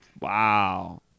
Wow